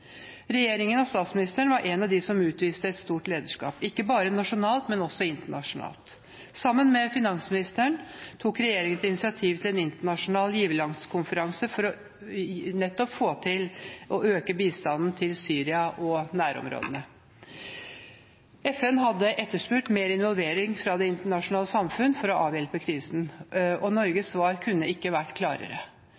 Regjeringen og statsministeren var blant dem som utviste et stort lederskap, ikke bare nasjonalt, men også internasjonalt. Sammen med finansministeren tok regjeringen initiativ til en internasjonal giverlandskonferanse for å øke bistanden til Syria og nærområdene. FN hadde etterspurt mer involvering fra det internasjonale samfunnet for å avhjelpe krisen, og Norges svar kunne ikke vært klarere. Sammen med Kuwait, Storbritannia og Tyskland inviterte Norge